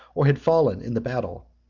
or had fallen in the battle.